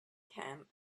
camp